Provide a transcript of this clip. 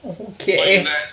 Okay